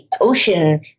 ocean